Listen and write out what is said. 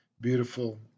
beautiful